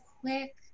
quick